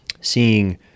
seeing